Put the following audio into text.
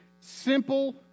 Simple